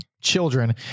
children